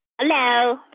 hello